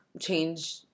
change